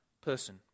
person